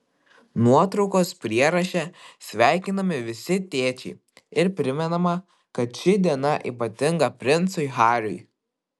nuotraukos prieraše sveikinami visi tėčiai ir primenama kad ši diena ypatinga princui hariui